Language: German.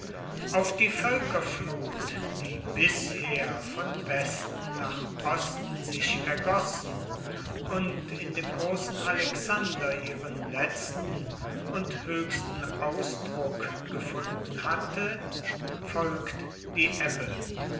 auf die völkerflut die bisher von westen nach osten sich ergossen und in dem großen alexander ihren letzten und höchsten ausdruck gefunden hatte folgt die ebbe